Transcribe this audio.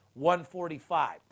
145